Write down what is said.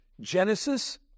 Genesis